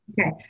Okay